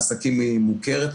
לעסקים מוכרת,